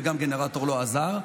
וגם גנרטור לא עזר.